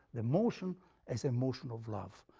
the motion as a motion of love,